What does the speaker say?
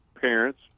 parents